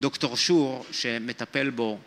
דוקטור שור שמטפל בו